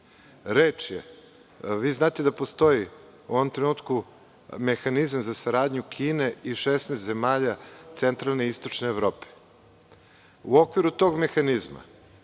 izmislio. Znate da postoji u ovom trenutku mehanizam za saradnju Kine i 16 zemalja centralne i istočne Evrope. U okviru tog mehanizma